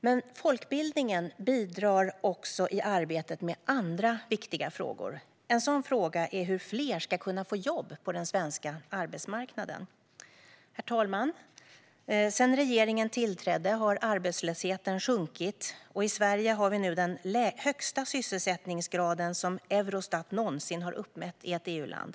Men folkbildningen bidrar också i arbetet med andra viktiga frågor. En sådan fråga är hur fler ska kunna få jobb på den svenska arbetsmarknaden. Herr talman! Sedan regeringen tillträdde har arbetslösheten sjunkit, och i Sverige har vi nu den högsta sysselsättningsgrad som Eurostat någonsin har uppmätt i ett EU-land.